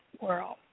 world